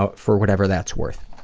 ah for whatever that's worth.